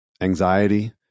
anxiety